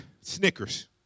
Snickers